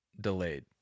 delayed